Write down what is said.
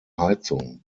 heizung